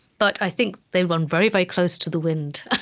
but i think they run very, very close to the wind. ah